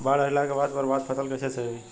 बाढ़ आइला के बाद बर्बाद फसल कैसे सही होयी?